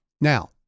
Now